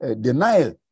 Denial